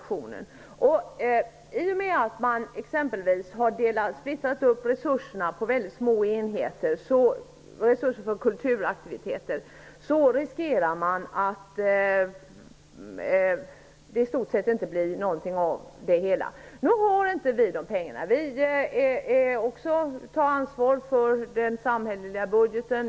I och med att man exempelvis splittrat upp resurserna för kulturaktiviteter på väldigt små enheter finns risken att det i stort sett inte blir någonting av det hela. Nu har vi inte de pengarna. Vi får också ta ansvar för den samhälleliga budgeten.